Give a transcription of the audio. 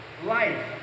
life